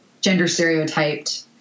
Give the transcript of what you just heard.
gender-stereotyped